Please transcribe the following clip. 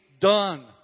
done